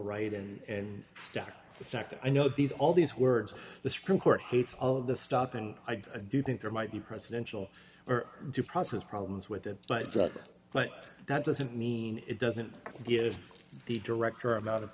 the nd i know these all these words the supreme court hates all of the stop and i do think there might be presidential or due process problems with it but that doesn't mean it doesn't give the director of out of